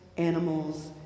animals